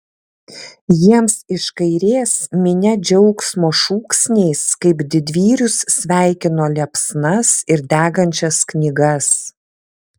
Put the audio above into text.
jiems iš kairės minia džiaugsmo šūksniais kaip didvyrius sveikino liepsnas ir degančias knygas